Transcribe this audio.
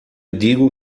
digo